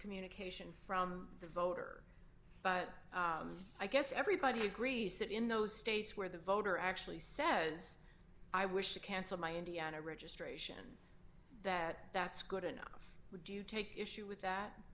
communication from the voter but i guess everybody agrees that in those states where the voter actually says i wish to cancel my indiana registration that that's good enough would you take issue with that